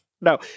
No